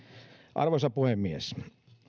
arvoisa puhemies